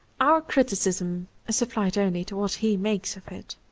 our criticism is applied only to what he makes of it.